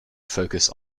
focus